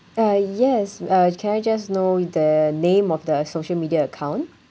ah yes uh can I just know the name of the social media account